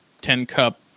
ten-cup